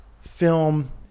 film